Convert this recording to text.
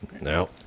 no